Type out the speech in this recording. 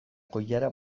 koilara